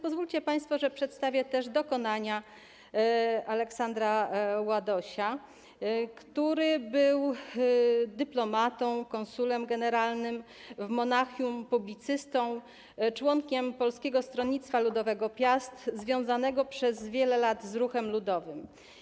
Pozwólcie państwo, że przedstawię też dokonania Aleksandra Ładosia, który był dyplomatą, konsulem generalnym w Monachium, publicystą, członkiem Polskiego Stronnictwa Ludowego „Piast” związanym przez wiele lat z ruchem ludowym.